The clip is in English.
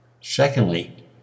Secondly